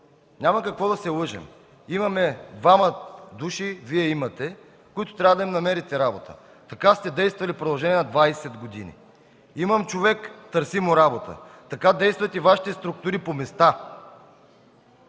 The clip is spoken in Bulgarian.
Няма какво да се лъжем. Вие имате двама души, на които трябва да намерите работа. Така сте действали в продължение на двадесет години: „Имам човек, търси му работа!”. Така действат Вашите структури по места,